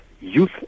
youth